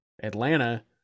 atlanta